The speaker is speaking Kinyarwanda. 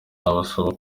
nabasaba